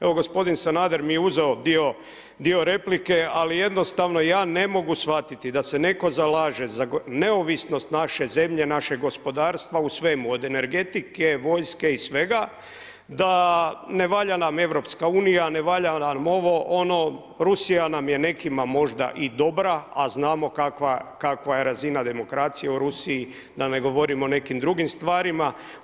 Evo gospodin Sanader mi je uzeo dio replike, ali jednostavno ja ne mogu shvatiti da se netko zalaže za neovisnost naše zemlje, našeg gospodarstva u svemu od energetike, vojske i svega, da ne valja nam EU, ne valja nam ovo, ono, Rusija nam je nekima možda i dobra, a znamo kakva je razina demokracije u Rusiji, da ne govorim o nekim drugim stvarima.